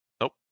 Nope